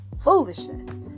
foolishness